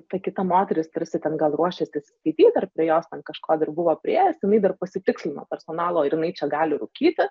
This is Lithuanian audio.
ta kita moteris tarsi ten gal ruošėsi atsiskaityt ar prie jos ten kažko dar buvo priėjęs jinai dar pasitikslino personalo ir jinai čia gali rūkyti